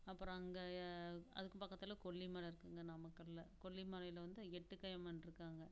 அப்புறம் அங்கே அதுக்கு பக்கத்தில் கொல்லிமலை இருக்குதுங்க நாமக்கல்லில் கொல்லிமலையில் வந்து எட்டுக்கை அம்மன் இருக்காங்க